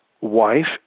wife